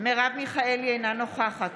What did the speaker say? מרב מיכאלי, אינה נוכחת